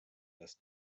dass